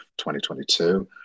2022